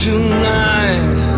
Tonight